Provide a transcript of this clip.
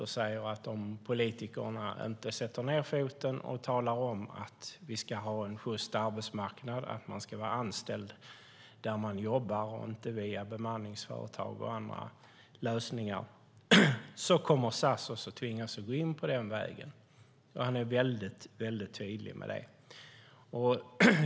Han säger att om politikerna inte sätter ned foten och talar om att vi ska ha en sjyst arbetsmarknad och att man ska vara anställd där man jobbar och inte via bemanningsföretag och andra lösningar kommer SAS att tvingas gå in på den vägen. Han är väldigt tydlig med det.